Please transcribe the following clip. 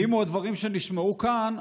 ואם יהיו הדברים שנאמרו כאן,